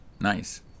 nice